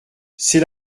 c’est